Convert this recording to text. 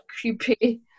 creepy